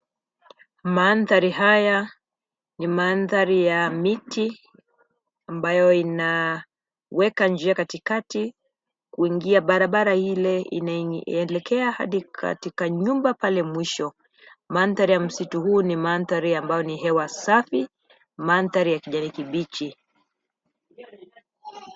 Mandhari haya ni mandhari ya miti ambayo inaweka njia katikati, kuingia barabara ile inaelekea hadi katika nyumba pale mwisho. Mandhari ya msitu huu ni mandhari ambao ni hewa safi, mandhari ya kijani kibichi.